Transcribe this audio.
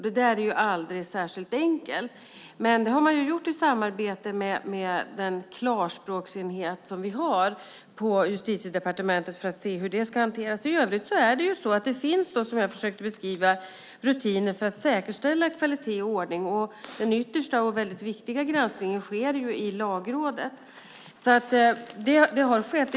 Det är aldrig särskilt enkelt. Men i samarbete med den klarspråksenhet som vi har på Justitiedepartementet har man gjort det för att se hur det ska hanteras. I övrigt finns det, som jag försökt beskriva, rutiner för att säkerställa kvalitet och ordning. Den yttersta och väldigt viktiga granskningen sker i Lagrådet. Det arbetet har alltså skett.